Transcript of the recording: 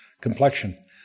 complexion